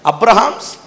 Abraham's